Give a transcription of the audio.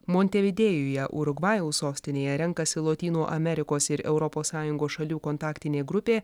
montevidėjuje urugvajaus sostinėje renkasi lotynų amerikos ir europos sąjungos šalių kontaktinė grupė